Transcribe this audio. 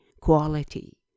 quality